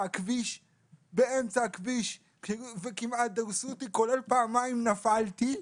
הכביש וכמעט דרסו אותי - ופעמיים נפלתי,